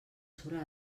sobre